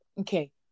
okay